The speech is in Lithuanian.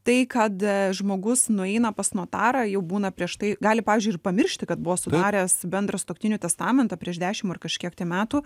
tai kad a žmogus nueina pas notarą jau būna prieš tai gali pavyzdžiui ir pamiršti kad buvo sudaręs bendrą sutuoktinių testamentą prieš dešim ar kažkiek tai metų